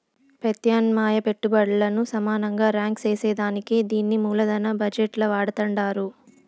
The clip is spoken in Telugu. పెత్యామ్నాయ పెట్టుబల్లను సమానంగా రాంక్ సేసేదానికే దీన్ని మూలదన బజెట్ ల వాడతండారు